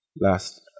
last